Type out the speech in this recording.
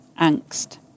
angst